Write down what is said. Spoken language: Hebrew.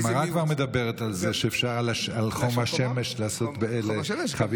הגמרא כבר מדברת על זה שעל חום השמש אפשר לעשות באלה חביתה.